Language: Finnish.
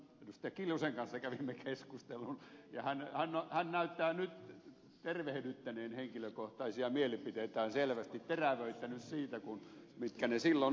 kimmo kiljusen kanssa kävimme keskustelun ja hän näyttää nyt tervehdyttäneen henkilökohtaisia mielipiteitään selvästi terävöittänyt siitä mitkä ne silloin olivat